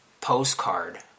postcard